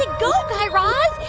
ah guy raz.